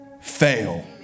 fail